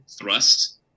thrust